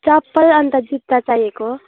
चप्पल अन्त जुत्ता चाहिएको